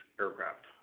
aircraft